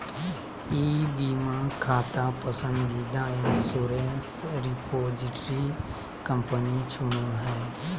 ई बीमा खाता पसंदीदा इंश्योरेंस रिपोजिटरी कंपनी चुनो हइ